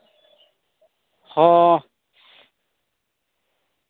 ᱦᱚᱸ